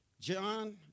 john